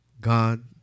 God